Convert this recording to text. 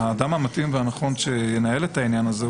האדם המתאים והנכון שינהל את העניין הזה,